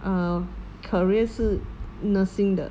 err career 是 nursing 的